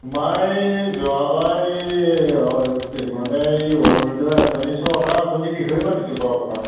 তোমাৰ এই যোৱাবাৰ এই হৈছে মানে এই অৰুণোদয় আঁচনি চৰকাৰ আঁচনি বিষয়ে পাতিছোঁ বাৰু অকণমান